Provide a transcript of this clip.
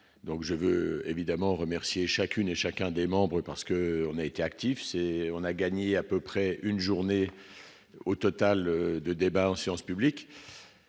je veux évidemment remercier chacune et chacun des membres parce que on a été actif c'est on a gagné à peu près une journée au total de débats en séance publique,